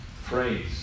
phrase